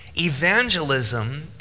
evangelism